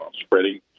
spreading